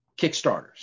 Kickstarters